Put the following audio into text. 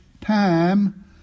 time